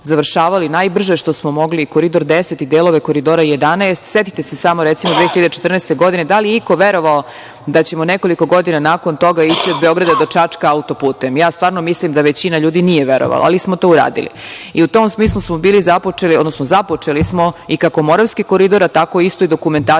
najbrže što smo mogli i Koridor 10 i delove Koridora 11. Setite se samo, recimo 2014. godine, da li je iko verovao da ćemo nekoliko godina nakon toga ići od Beograda do Čačka autoputem? Stvarno mislim da većina ljudi nije verovala, ali smo to uradili. I u tom smislu smo bili, odnosno započeli smo i kako Moravski koridor, a tako isto i dokumentaciju